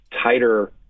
tighter